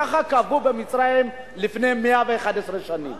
כך קבעו במצרים לפני 111 שנים.